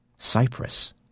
cyprus